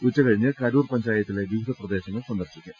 ഉച്ചകഴിഞ്ഞ് കരൂർ പഞ്ചായത്തിലെ വിവിധ പ്രദേശങ്ങൾ സന്ദർശിക്കും